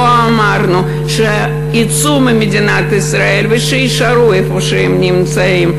לא אמרנו: שיצאו ממדינת ישראל ויישארו איפה שהם נמצאים.